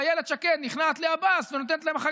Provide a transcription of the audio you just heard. ואילת שקד נכנעת לעבאס ונותנת להם אחר